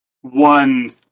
one